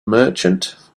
merchant